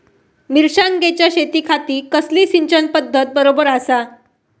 मिर्षागेंच्या शेतीखाती कसली सिंचन पध्दत बरोबर आसा?